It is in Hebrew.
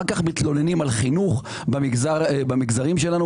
אחר כך מתלוננים על חינוך במגזרים שלנו,